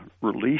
release